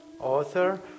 author